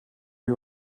you